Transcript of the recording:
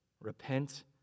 Repent